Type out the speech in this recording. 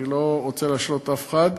אני לא רוצה להשלות אף אחד.